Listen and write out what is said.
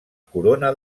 corona